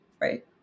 right